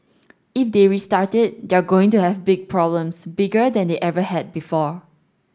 if they restart it they're going to have big problems bigger than they ever had before